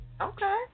Okay